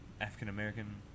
African-American